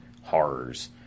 horrors